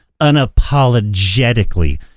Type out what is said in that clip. unapologetically